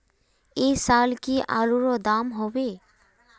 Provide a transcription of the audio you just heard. ऐ साल की आलूर र दाम होबे?